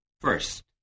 First